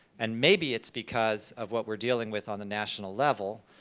and maybe it's because of what we're dealing with on the national level,